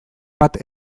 bat